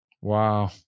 Wow